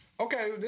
Okay